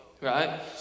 right